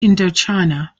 indochina